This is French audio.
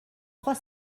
trois